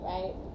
Right